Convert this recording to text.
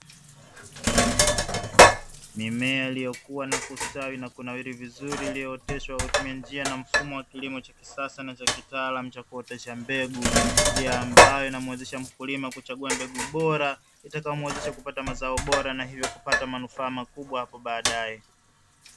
Mimea iliyokuwa na kustawi na kunawiri vizuri, iliyooteshwa kwa kutumia njia na mfumo wa kilimo cha kisasa na cha kitaalamu cha kuotea mbegu, njia ambayo inamuwezesha mkulima kuchagua mbegu bora itakayomwezesha kupata mazao bora na hivyo kupata manufaa makubwa hapo baadaye.